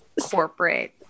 Corporate